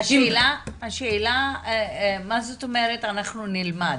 השאלה מה זאת אומרת אנחנו נלמד?